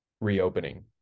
reopening